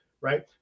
right